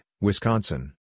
Wisconsin